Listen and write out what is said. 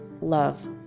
love